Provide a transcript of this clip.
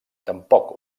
tampoc